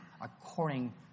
according